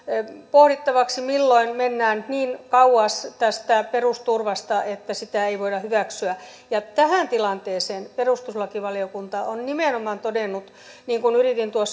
pohdittavaksi milloin mennään niin kauas tästä perusturvasta että sitä ei voida hyväksyä tähän tilanteeseen perustuslakivaliokunta on nimenomaan todennut niin kuin yritin